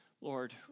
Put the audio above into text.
Lord